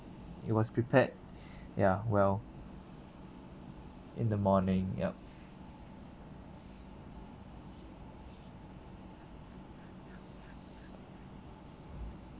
it was prepared ya well in the morning yup